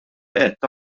għedt